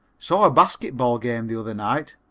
saw a basket ball game the other night.